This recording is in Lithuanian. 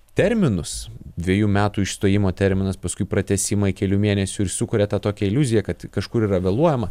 terminus dvejų metų išstojimo terminas paskui pratęsimai kelių mėnesių ir sukuria tą tokią iliuziją kad kažkur yra vėluojama